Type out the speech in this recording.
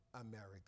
America